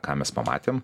ką mes pamatėm